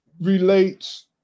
relates